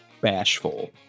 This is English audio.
bashful